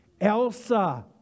Elsa